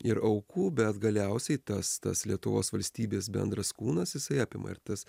ir aukų bet galiausiai tas tas lietuvos valstybės bendras kūnas jisai apima ir tas